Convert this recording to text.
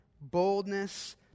boldness